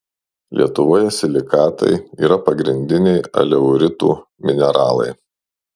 lietuvoje silikatai yra pagrindiniai aleuritų mineralai